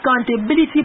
accountability